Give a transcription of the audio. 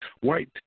White